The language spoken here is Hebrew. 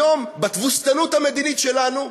היום, בתבוסתנות המדינית שלנו,